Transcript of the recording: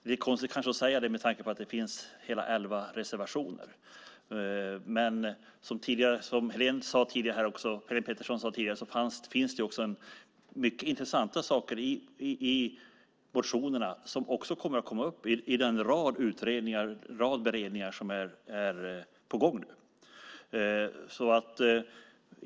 Det är kanske konstigt att säga det med tanke på att det finns hela elva reservationer, men som Helene Petersson sade tidigare finns det mycket intressanta saker i motionerna som också kommer att komma upp i en rad utredningar och beredningar som är på gång.